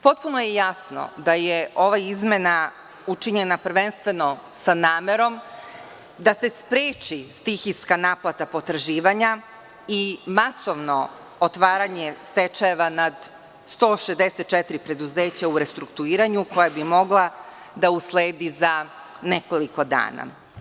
Potpuno je jasno da je ova izmena učinjena prvenstveno sa namerom da se spreči stihijska naplata potraživanja i masovno otvaranje stečajeva nad 164 preduzeća u restrukturiranju koja bi mogla da usledi za nekoliko dana.